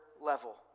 level